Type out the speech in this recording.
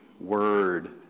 word